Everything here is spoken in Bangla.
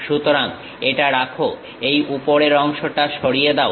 সুতরাং এটা রাখো এই উপরের অংশটাকে সরিয়ে দাও